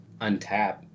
untap